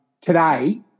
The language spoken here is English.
today